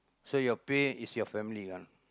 so your pay is your family one